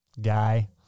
guy